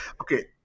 okay